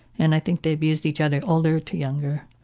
and i think they abused each other older to younger,